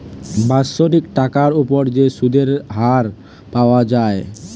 বাৎসরিক টাকার উপর যে সুধের হার পাওয়া যায়